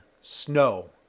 snow